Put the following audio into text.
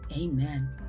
amen